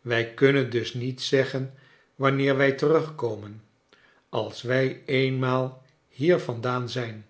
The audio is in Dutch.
wij kunnen dus niet zeggen wanneer wij terugkomen als wij eenmaal hier vandaan zijn